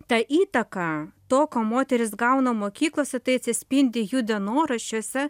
ta įtaka to ką moteris gauna mokykloje tai atsispindi jų dienoraščiuose